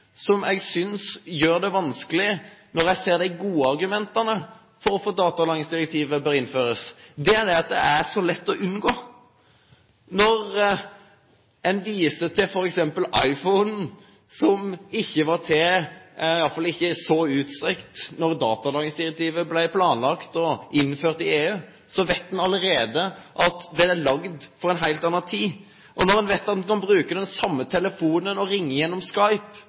som jeg synes gjør det vanskelig når jeg ser de gode argumentene for at datalagringsdirektivet bør innføres, er at det er så lett å unngå. Når en viser til f.eks. iPhone, som iallfall ikke var så utbredt da datalagringsdirektivet ble planlagt og innført i EU, vet en allerede at den er laget for en helt annen tid. Og når en vet at en kan bruke den samme telefonen og ringe gjennom